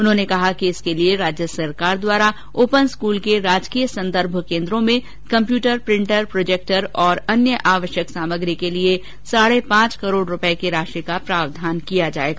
उन्होंने कहा कि इसके लिए राज्य सरकार द्वारा ओपन स्कूल के राजकीय संदर्भ केन्द्रों में कम्प्यूटर प्रिंटर प्रोजेक्टर और अन्य आवश्यक सामग्री के लिए साढे पांच करोड रूपए की राशि का प्रावधान किया जाएगा